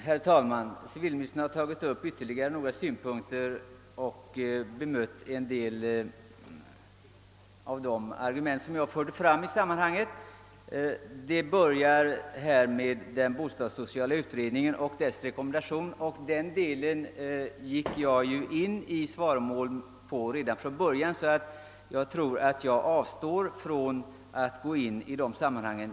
Herr talman! Civilministern har anfört ytterligare några synpunkter och bemött en del av de argument jag framförde. Bostadssociala utredningens rekommendation gick jag in på redan från början, så jag avstår ifrån att nu åter beröra den saken.